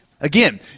Again